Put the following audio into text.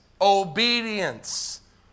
obedience